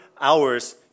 hours